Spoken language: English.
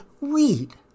read